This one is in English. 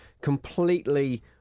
completely